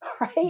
right